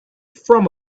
from